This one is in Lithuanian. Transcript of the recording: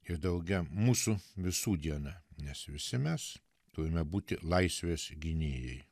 ir drauge mūsų visų diena nes visi mes turime būti laisvės gynėjai